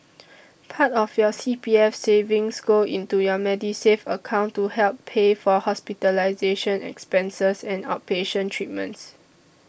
part of your C P F savings go into your Medisave account to help pay for hospitalization expenses and outpatient treatments